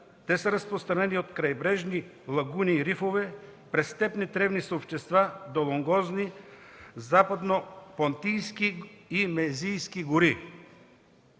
Те са разпространени от крайбрежни лагуни и рифове през степни тревни съобщества до лонгозни, западнопонтийски и мезийски гори.